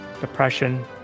depression